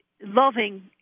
loving